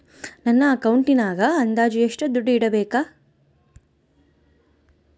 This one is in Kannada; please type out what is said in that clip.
ನನ್ನ ಅಕೌಂಟಿನಾಗ ಅಂದಾಜು ಎಷ್ಟು ದುಡ್ಡು ಇಡಬೇಕಾ?